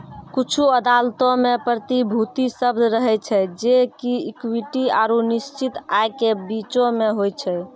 कुछु अदालतो मे प्रतिभूति शब्द रहै छै जे कि इक्विटी आरु निश्चित आय के बीचो मे होय छै